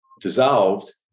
dissolved